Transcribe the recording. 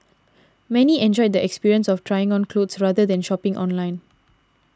many enjoyed the experience of trying on clothes rather than shopping online